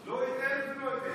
לא את אלה ולא את אלה.